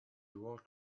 worked